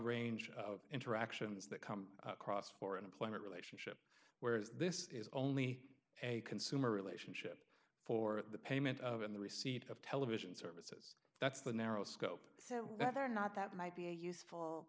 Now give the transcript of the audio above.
range of interactions that come across for an employment relationship where is this is only a consumer relationship for the payment of in the receipt of television service that's the narrow scope so that they're not that might be a useful